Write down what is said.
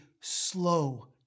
slow